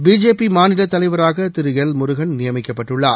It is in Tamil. பிஜேபி மாநிலத் தலைவராக திரு எல் முருகன் நியமிக்கப்பட்டுள்ளார்